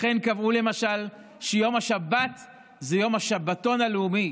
לכן קבעו למשל שיום השבת זה יום השבתון הלאומי